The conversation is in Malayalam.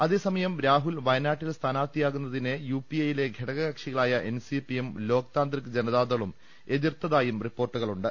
അതേസമയം രാഹുൽ വയനാട്ടിൽ സ്ഥാനാർഥിയാകുന്നതിനെ യുപിഎയിലെ ഘടക കക്ഷികളായ എൻസിപിയും ലോക് താന്ത്രിക് ജനതാദളും എതിർത്തതായും റിപ്പോർട്ടുകളുണ്ട്